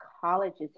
colleges